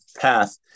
path